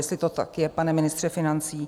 Jestli to tak je, pane ministře financí?